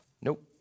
Nope